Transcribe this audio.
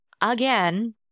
again